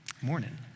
morning